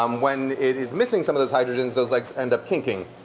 um when it is missing some of those hydrogens those legs end up kinking.